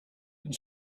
and